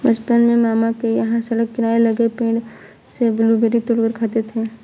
बचपन में मामा के यहां सड़क किनारे लगे पेड़ से ब्लूबेरी तोड़ कर खाते थे